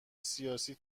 سیاسی